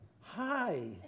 hi